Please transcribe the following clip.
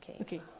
Okay